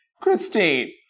Christine